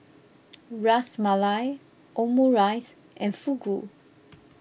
Ras Malai Omurice and Fugu